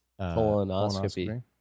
colonoscopy